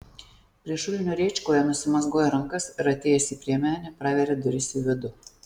prie šulinio rėčkoje nusimazgoja rankas ir atėjęs į priemenę praveria duris į vidų